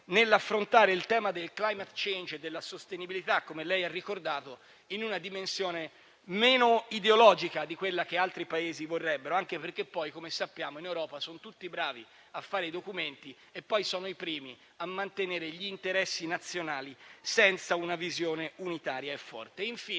nell'affrontare il tema del *climate change* e della sostenibilità, come lei ha ricordato, in una dimensione meno ideologica di quella che altri Paesi vorrebbero, anche perché poi, come sappiamo, in Europa sono tutti bravi a fare i documenti e poi sono i primi a mantenere gli interessi nazionali senza una visione unitaria e forte.